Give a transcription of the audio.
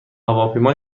هواپیما